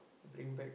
bring back